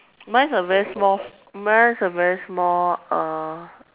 mine's a very small mine's a very small uh